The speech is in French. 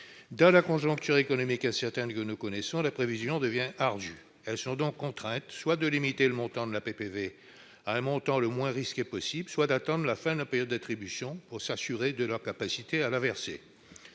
dans la conjoncture économique incertaine que nous connaissons, la prévision devient ardue. Elles sont donc contraintes soit de limiter le montant de la PPV à un montant le moins risqué possible, soit d'attendre la fin de la période d'attribution pour s'assurer de leur capacité à la verser.